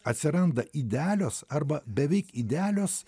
atsiranda idealios arba beveik idealios